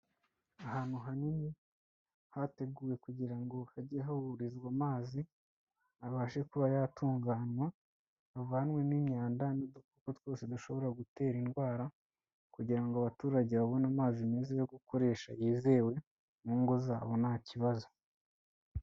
Ahantu hanini hateguwe kugira ngo hajye hahurizwa amazi, abashe kuba yatunganywa, havanwemo imyanda n'udukoko twose dushobora gutera indwara kugira ngo abaturage babone amazi meza yo gukoresha yizewe mu ngo zabo nta kibazo.